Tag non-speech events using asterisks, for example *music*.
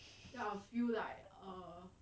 *laughs*